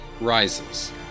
Rises